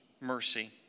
mercy